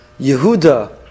Yehuda